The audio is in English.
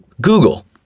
Google